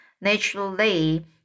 naturally